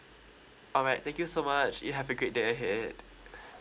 alright thank you so much you have a good day ahead